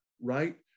right